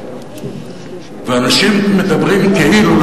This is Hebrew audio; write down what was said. אנשים מדברים כאילו,